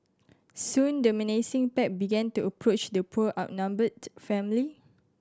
soon the menacing pack began to approach the poor outnumbered family